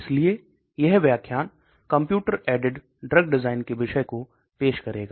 इसलिए यह व्याख्यान कंप्यूटर एडेड ड्रग डिज़ाइन के विषय को पेश करेगा